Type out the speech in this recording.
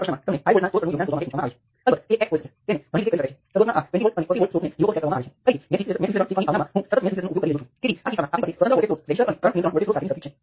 અને આ કિસ્સામાં આ રજૂઆત નકામી છે કારણ કે આપણને મર્યાદિત મૂલ્યોની જરૂર છે ફક્ત આ રજૂઆત કાયદેસર છે